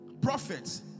Prophets